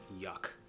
yuck